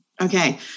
Okay